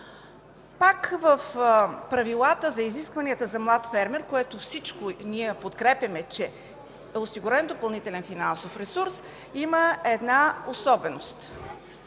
Пак в Правилата за изискванията за млад фермер, което всичко ние подкрепяме, че е осигурен допълнителен финансов ресурси, има една особеност,